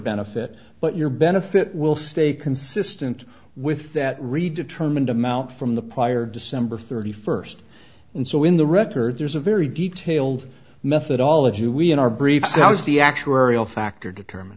benefit but your benefit will stay consistent with that redetermined amount from the prior december thirty first and so in the record there's a very detailed methodology we in our briefs now it's the actuarial factor determine